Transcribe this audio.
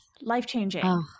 Life-changing